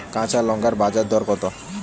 কাঁচা লঙ্কার বাজার দর কত?